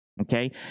okay